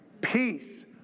peace